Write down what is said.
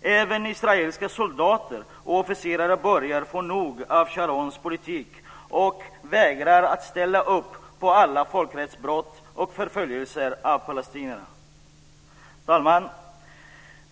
Även israeliska soldater och officerare börjar få nog av Sharons politik och vägrar ställa upp på alla folkrättsbrott och på förföljelser av palestinierna. Herr talman!